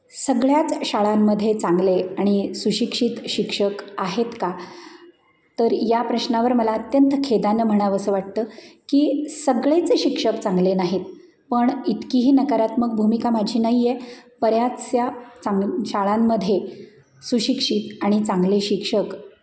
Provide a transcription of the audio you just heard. सगळ्याच शाळांमध्ये चांगले आणि सुशिक्षित शिक्षक आहेत का तर या प्रश्नावर मला अत्यंत खेदानं म्हणावंसं वाटतं की सगळेच शिक्षक चांगले नाहीत पण इतकीही नकारात्मक भूमिका माझी नाही आहे बऱ्याचशा चांग शाळांमध्ये सुशिक्षित आणि चांगले शिक्षक